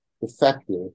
effective